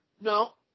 No